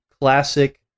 classic